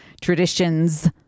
traditions